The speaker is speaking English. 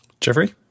Jeffrey